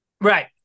right